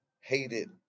Hated